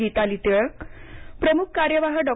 गीताली टिळक प्रमुख कार्यवाह डॉ